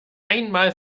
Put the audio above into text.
einmal